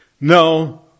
No